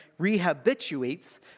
rehabituates